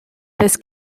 this